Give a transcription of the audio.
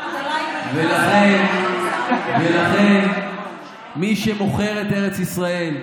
ולכן, מי שמוכר את ארץ ישראל,